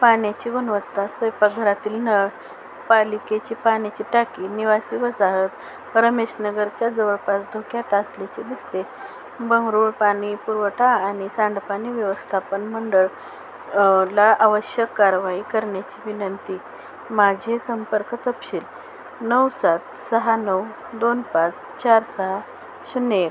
पाण्याची गुणवत्ता स्वयंपाक घरातील नळ पालिकेची पाण्याची टाकी निवासी वसाहत रमेश नगरच्या जवळपास धोक्या त असल्याचे दिसते बंगळूर पाणी पुरवटा आणि सांडपाणी व्यवस्थापन मंडळ ला आवश्यक कारवाई करण्याची विनंती माझे संपर्क तपशील नऊ सात सहा नऊ दोन पाच चार सहा शून्य एक